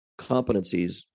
competencies